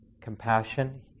compassion